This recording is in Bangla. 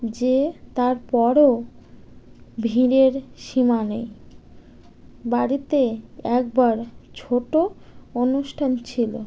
যে তারপরও ভিড়ের সময়েই বাড়িতে একবার ছোটো অনুষ্ঠান ছিলো